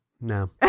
No